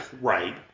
Right